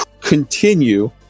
continue